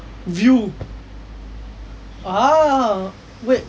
you ah wait